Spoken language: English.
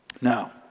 Now